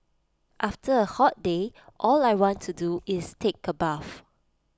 after A hot day all I want to do is take A bath